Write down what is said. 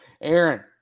Aaron